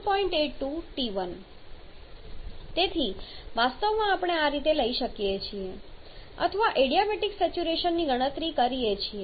82T1 તેથી વાસ્તવમાં આપણે આ રીતે લઈએ છીએ અથવા એડીયાબેટિક સેચ્યુરેશનની ગણતરી કરીએ છીએ